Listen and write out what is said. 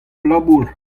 labour